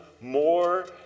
more